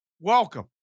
Welcome